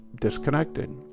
disconnected